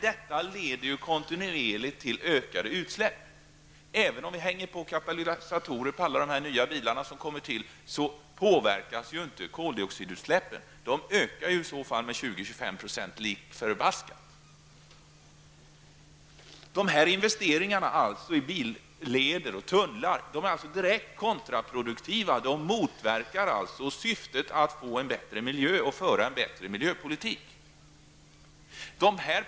Detta leder kontinuerligt till ökade utsläpp. Även om vi hänger på katalysatorer på alla de nya bilarna, påverkas inte koldioxidutsläppen. De kommer i alla fall att öka med 20--25 %. Investeringarna i billeder och tunnlar är direkt kontraproduktiva. De motverkar syftet att få en bätte miljö och föra en bättre miljöpolitik.